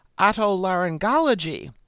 Otolaryngology